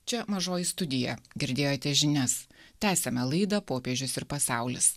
čia mažoji studija girdėjote žinias tęsiame laidą popiežius ir pasaulis